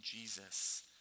Jesus